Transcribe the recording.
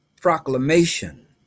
proclamation